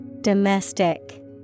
Domestic